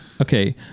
okay